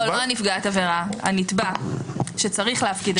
לא נפגעת עבירה הנתבע שצריך להפקיד את הערובה.